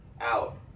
out